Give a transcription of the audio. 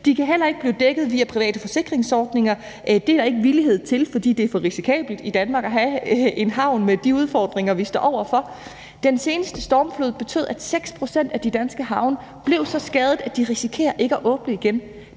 De kan heller ikke blive dækket via private forsikringsordninger. Det er der ikke villighed til, fordi det er for risikabelt i Danmark at have en havn med de udfordringer, vi står over for. Den seneste stormflod betød, at 6 pct. af de danske havne blev så skadet, at de risikerer ikke at åbne igen.